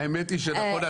האמת היא שנכון,